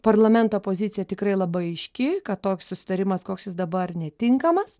parlamento pozicija tikrai labai aiški kad toks susitarimas koks jis dabar netinkamas